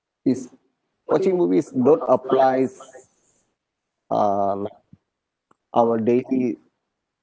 is watching movies don't applies uh our daily